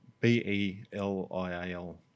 B-E-L-I-A-L